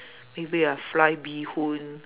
maybe I fry bee hoon